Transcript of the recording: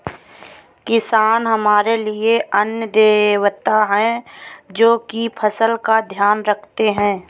किसान हमारे लिए अन्न देवता है, जो की फसल का ध्यान रखते है